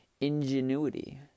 ingenuity